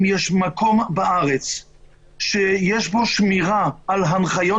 אם יש מקום בארץ שיש בו שמירה על הנחיות